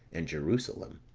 and jerusalem.